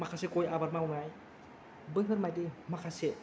माखासे गय आबाद मावनाय बैफोर बायदि माखासे